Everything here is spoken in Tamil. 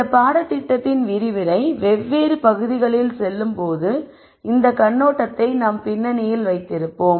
இந்த பாடத்திட்டத்தின் விரிவுரை வெவ்வேறு பகுதிகளில் செல்லும்போது இந்த கண்ணோட்டத்தை நாம் பின்னணியில் வைத்திருப்போம்